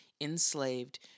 enslaved